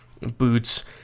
boots